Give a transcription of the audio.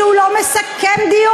כי הוא לא מסכם דיון,